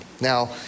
Now